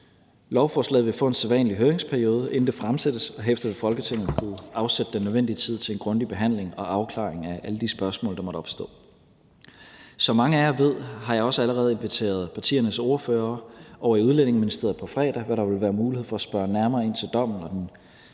Lovforslaget vil få en sædvanlig høringsperiode, inden det fremsættes, og herefter vil Folketinget kunne afsætte den nødvendige tid til en grundig behandling og afklaring af alle de spørgsmål, der måtte opstå. Som mange af jer ved, har jeg også allerede inviteret partiernes ordførere over i Udlændingeministeriet på fredag, hvor der vil være mulighed for at spørge nærmere ind til dommen